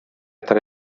tra